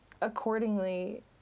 Accordingly